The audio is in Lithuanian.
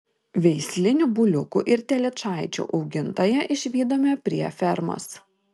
veislinių buliukų ir telyčaičių augintoją išvydome prie fermos